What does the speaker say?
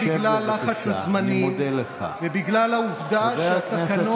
בגלל לחץ הזמנים ובגלל העובדה שהתקנות